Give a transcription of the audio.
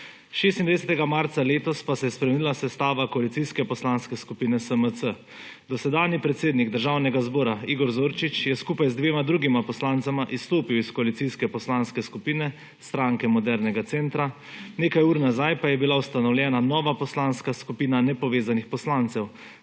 26. marca letos pa se je spremenila sestava koalicijske Poslanske skupine SMC. Dosedanji predsednik Državnega zbora Igor Zorčič je skupaj z dvema drugima poslancema izstopil iz koalicijske Poslanske skupine Stranke modernega centra, nekaj ur nazaj pa je bila ustanovljena nova poslanska skupina nepovezanih poslancev,